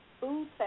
food